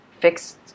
fixed